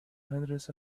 hundreds